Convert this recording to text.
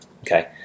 Okay